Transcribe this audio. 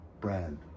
brand